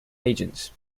agents